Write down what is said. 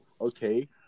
okay